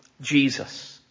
Jesus